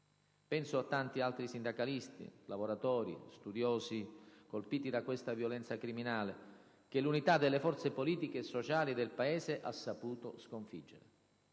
Penso a tanti altri sindacalisti, lavoratori, studiosi colpiti da questa violenza criminale, che l'unità delle forze politiche e sociali del Paese ha saputo sconfiggere.